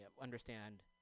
understand